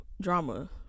drama